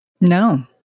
No